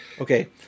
Okay